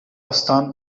استان